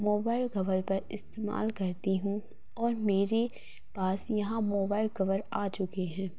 mobile cover पर इस्तेमाल करती हूँ और मेरे पास यहाँ मोबाइल कवर आ चुके हैं